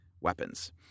weapons